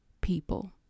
people